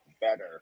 better